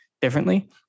differently